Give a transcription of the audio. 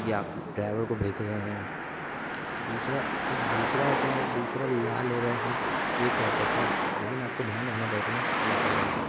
या आप ड्राइवर को भेज रहे हैं दूसरा सर दूसरा ते दूसरा ला ले रहे हैं ये क्या होता है सर लेकिन आपको ध्यान रखना पड़ता ना आपकी लापरवाही का